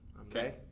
Okay